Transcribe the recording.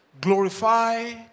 glorify